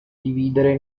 dividere